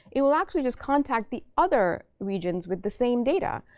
it will actually just contact the other regions with the same data.